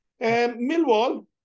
Millwall